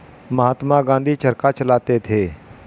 महात्मा गांधी चरखा चलाते थे